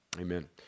amen